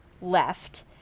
left